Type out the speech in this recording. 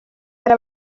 hari